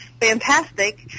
fantastic